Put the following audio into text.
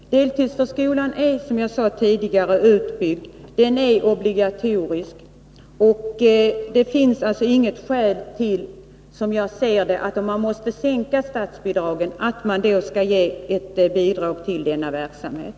Deltidsförskolan är, som jag sade tidigare, utbyggd, och den är obligatorisk. Om man måste sänka statsbidragen finns det alltså ingen anledning, som jag ser det, att ge ett bidrag till denna verksamhet.